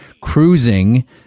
cruising